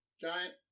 giant